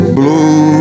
blue